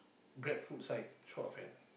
Grab foods right short of hand